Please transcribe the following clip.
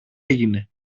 έγινε